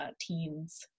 teens